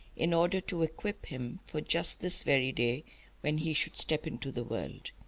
in order to equip him for just this very day when he should step into the world.